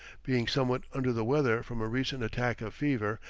being somewhat under the weather from a recent attack of fever,